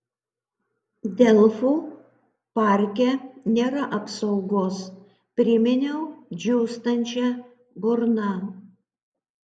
delfų parke nėra apsaugos priminiau džiūstančia burna